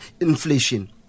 inflation